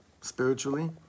spiritually